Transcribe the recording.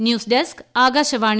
news desk Akashvani